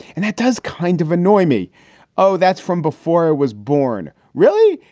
and that does kind of annoy me oh, that's from before i was born. really?